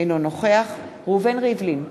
אינו נוכח ראובן ריבלין,